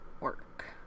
work